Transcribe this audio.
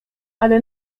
ale